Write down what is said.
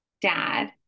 dad